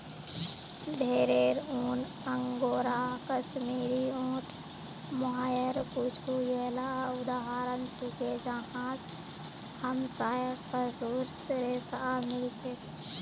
भेरेर ऊन, अंगोरा, कश्मीरी, ऊँट, मोहायर कुछू येला उदाहरण छिके जहाँ स हमसाक पशुर रेशा मिल छेक